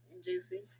Juicy